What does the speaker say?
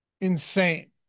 insane